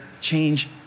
change